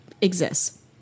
exists